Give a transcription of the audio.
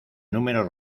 números